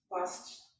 lost